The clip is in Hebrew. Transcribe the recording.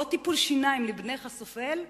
או טיפול שיניים לבנך הסובל,